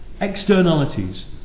externalities